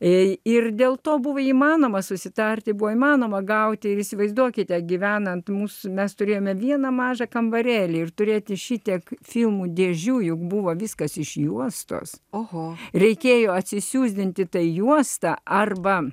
jei ir dėl to buvo įmanoma susitarti buvo įmanoma gauti ir įsivaizduokite gyvenant mūsų nes turėjome vieną mažą kambarėlį ir turėti šitiek filmų dėžių juk buvo viskas iš juostos oho reikėjo atsisiųsdinti tai juosta arba